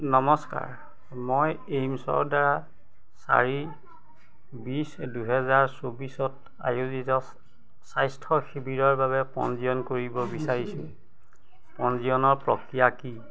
নমস্কাৰ মই এইমচৰ দ্বাৰা চাৰি বিছ দুহেজাৰ চৌবিছত আয়োজিত স্বাস্থ্য শিবিৰৰ বাবে পঞ্জীয়ন কৰিব বিচাৰিছোঁ পঞ্জীয়নৰ প্ৰক্ৰিয়া কি